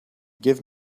give